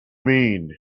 mean